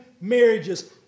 marriages